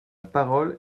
parole